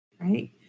Right